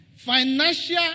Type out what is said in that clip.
Financial